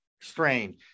strain